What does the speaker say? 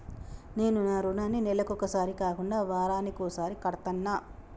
నేను నా రుణాన్ని నెలకొకసారి కాకుండా వారానికోసారి కడ్తన్నా